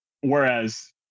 Whereas